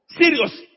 Serious